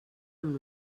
amb